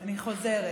אני חוזרת.